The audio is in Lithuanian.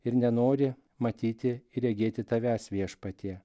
ir nenori matyti regėti tavęs viešpatie